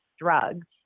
drugs